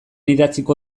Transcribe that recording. idatziko